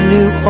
New